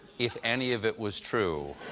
if any of it was true.